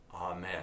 amen